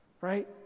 Right